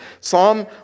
Psalm